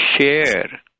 share